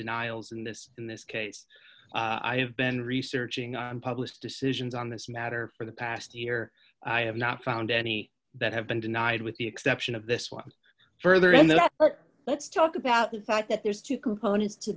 denials in this in this case i have been researching on published decisions on this matter for the past year i have not found any that have been denied with the exception of this one further in the uk but let's talk about the fact that there's two components to